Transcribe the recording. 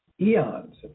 eons